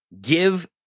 give